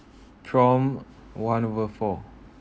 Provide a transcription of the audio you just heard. prom one over four